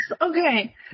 Okay